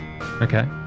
okay